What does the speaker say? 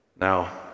Now